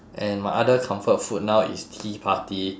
and my other comfort food now is tea party